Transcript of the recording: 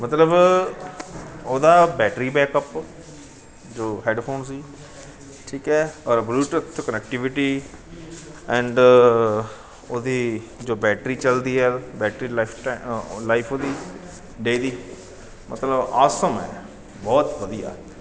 ਮਤਲਬ ਉਹਦਾ battery backup ਜੋ ਹੈਡਫੋਨ ਸੀ ਠੀਕ ਹੈ ਔਰ ਬਲੂਟੁੱਥ ਕਨੈਕਟੀਵਿਟੀ ਐਂਡ ਉਹਦੀ ਜੋ ਬੈਟਰੀ ਚੱਲਦੀ ਹੈ ਬੈਟਰੀ ਲਾਈਫਸਟ ਲਾਈਫ ਉਹਦੀ ਡੈਰੀ ਮਤਲਬ ਆਸਮ ਹੈ ਬਹੁਤ ਵਧੀਆ